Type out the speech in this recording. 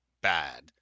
bad